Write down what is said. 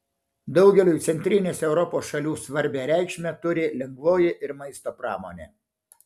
daugeliui centrinės europos šalių svarbią reikšmę turi lengvoji ir maisto pramonė